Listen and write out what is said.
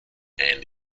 and